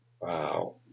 Wow